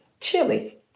chili